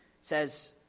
says